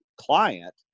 client